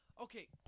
Okay